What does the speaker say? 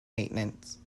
maintenance